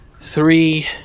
three